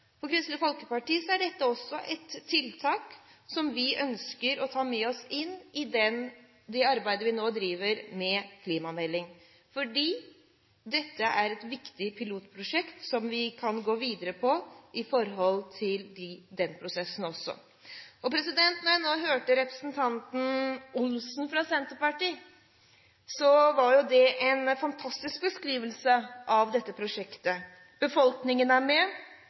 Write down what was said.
For Kristelig Folkeparti er dette også et tiltak som vi ønsker å ta med oss inn i det arbeidet vi nå driver med knyttet til klimameldingen, fordi dette er et viktig pilotprosjekt som vi kan gå videre på med hensyn til den prosessen også. Da jeg hørte representanten Olsen fra Senterpartiet, var det en fantastisk beskrivelse av dette prosjektet. Befolkningen er med,